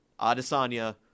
adesanya